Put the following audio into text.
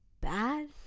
bad